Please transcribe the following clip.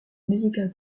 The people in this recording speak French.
musical